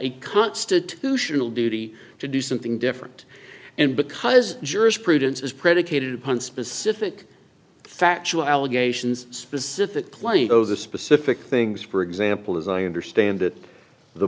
a constitutional duty to do something different and because jurisprudence is predicated upon specific factual allegations specifically those are specific things for example as i understand it the